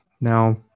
Now